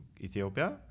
Ethiopia